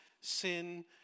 sin